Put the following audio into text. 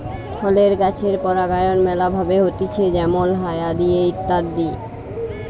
ফলের গাছের পরাগায়ন ম্যালা ভাবে হতিছে যেমল হায়া দিয়ে ইত্যাদি